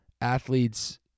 athletes